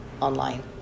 online